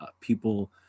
people